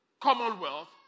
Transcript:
commonwealth